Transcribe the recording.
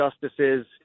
justices